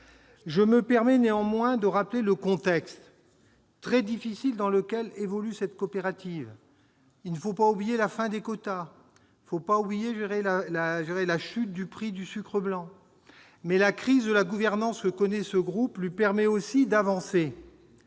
Je me permets néanmoins de rappeler le contexte très difficile dans lequel évolue cette coopérative. Il ne faut pas oublier la fin des quotas betteraviers et la chute du prix du sucre blanc. Néanmoins, la crise de la gouvernance que connaît ce groupe lui permet aussi d'avancer.